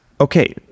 Okay